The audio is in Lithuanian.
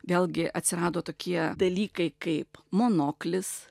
vėlgi atsirado tokie dalykai kaip monoklis